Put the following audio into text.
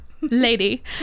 lady